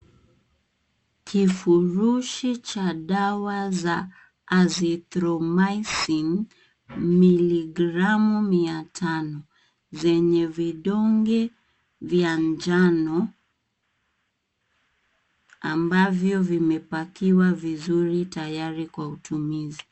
Kifurushi cha dawa za Azythromycin, miligramu 500 zenye vidonge vya njano ambavyo vimepakiwa vizuri tayari kwa utumizi.